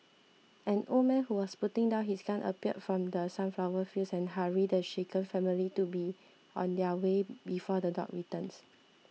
an old man who was putting down his gun appeared from the sunflower fields and hurried the shaken family to be on their way before the dogs returns